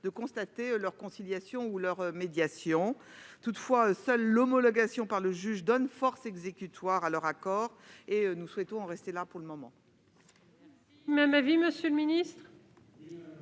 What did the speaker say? de constater leur conciliation ou leur médiation. Toutefois, seule l'homologation par le juge donne force exécutoire à leur accord. Nous souhaitons en rester là pour le moment.